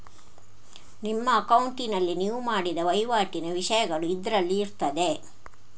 ನಿಮ್ಮ ಅಕೌಂಟಿನಲ್ಲಿ ನೀವು ಮಾಡಿದ ವೈವಾಟಿನ ವಿಷಯಗಳು ಇದ್ರಲ್ಲಿ ಇರ್ತದೆ